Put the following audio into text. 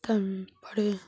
তার পরে